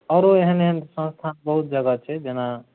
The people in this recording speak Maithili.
आओरो एहन एहन संस्था बहुत जगह छै जेना